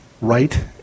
right